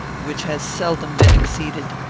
which has seldom been exceeded,